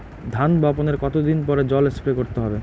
ধান বপনের কতদিন পরে জল স্প্রে করতে হবে?